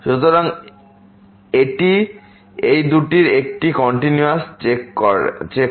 সুতরাং এটি এই দুটির একটি কন্টিনিউয়িটি চেক